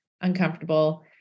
uncomfortable